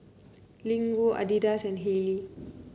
Ling Wu Adidas and Haylee